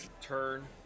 turn